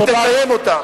תקיים אותן.